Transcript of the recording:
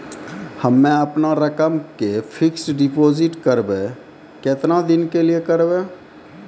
हम्मे अपन रकम के फिक्स्ड डिपोजिट करबऽ केतना दिन के लिए करबऽ?